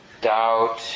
doubt